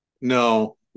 No